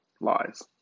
lies